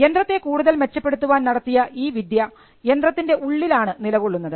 യന്ത്രത്തെ കൂടുതൽ മെച്ചപ്പെടുത്താൻ നടത്തിയ ഈ വിദ്യ യന്ത്രത്തിൻറെ ഉള്ളിലാണ് നിലകൊള്ളുന്നത്